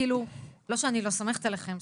כאילו לא שאני לא סומכת עליכם,